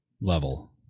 level